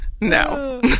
No